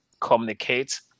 communicate